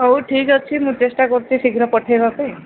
ହଉ ଠିକ୍ ଅଛି ମୁଁ ଚେଷ୍ଟା କରୁଛି ଶୀଘ୍ର ପଠେଇବା ପାଇଁ